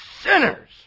sinners